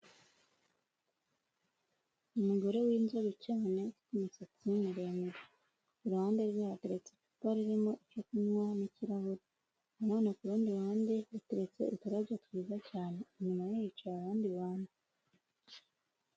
Umugore w'inzobe cyane ufite imisatsi miremire iruhande rwe hateretse icupa ririmo icyo kunywa n'ikirahure na none ku rundi ruhande hateretse uturabyo twiza cyane, inyuma ye hicaye abandi bantu.